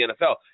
NFL